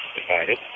Divided